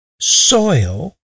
soil